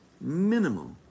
Minimal